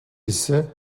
ise